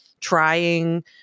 trying –